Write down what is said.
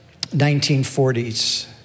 1940s